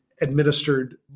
administered